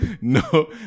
no